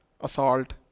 assault